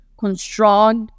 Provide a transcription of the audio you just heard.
construct